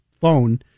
phone